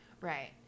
Right